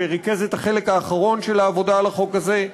שריכז את החלק האחרון של העבודה על החוק הזה.